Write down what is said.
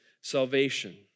salvation